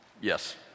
Yes